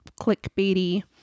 clickbaity